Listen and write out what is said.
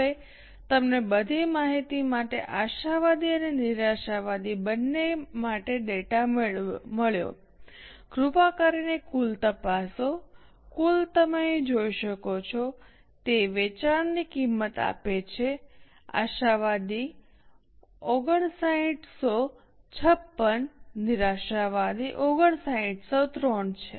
હવે તમને બધી માહિતી માટે આશાવાદી અને નિરાશાવાદી બંને માટે ડેટા મળ્યો કૃપા કરીને કુલ તપાસો કુલ તમે અહીં જોઈ શકો છો તે વેચાણની કિંમત આપે છે આશાવાદી 5956 નિરાશાવાદી 5903 છે